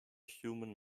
human